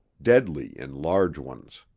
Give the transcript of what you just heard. deadly in large ones.